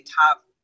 top